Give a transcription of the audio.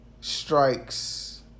strikes